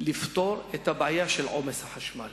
לפתור את הבעיה של עומס החשמל.